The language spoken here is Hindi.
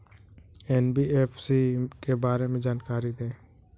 एन.बी.एफ.सी के बारे में जानकारी दें?